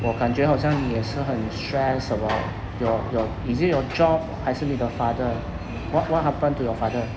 我感觉好像你也是很 stress about your your is it your job 还是你的 father what what happen to your father